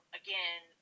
again